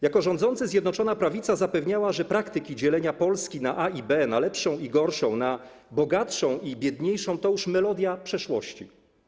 Jako rządzący Zjednoczona Prawica zapewniała, że praktyki dzielenia Polski na Polskę A i Polskę B, na lepszą i gorszą, na bogatszą i biedniejszą to już melodia przeszłości.